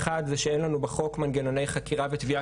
האחד זה שאין לנו בחוק מנגנוני חקירה ותביעה